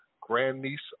grandniece